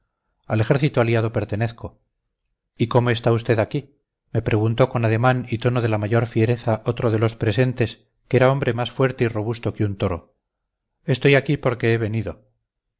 al ejército aliado pertenezco y cómo está usted aquí me preguntó con ademán y tono de la mayor fiereza otro de los presentes que era hombre más fuerte y robusto que un toro estoy aquí porque he venido